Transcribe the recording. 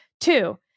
Two